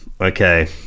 Okay